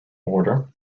order